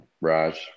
Raj